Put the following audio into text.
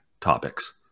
topics